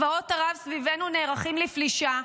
ובעוד צבאות ערב סביבנו נערכים לפלישה,